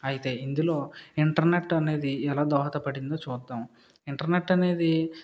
అయితే ఇందులో ఇంటర్నెట్ అనేది ఎలా దోహదపడిందో చూద్దాం ఇంటర్నెట్ అనేది